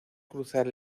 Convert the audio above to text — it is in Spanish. cruzar